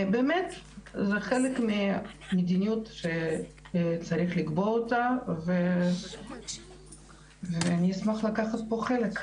באמת זה חלק ממדיניות שצריך לקבוע אותה ואני אשמח לקחת פה חלק.